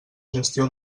gestió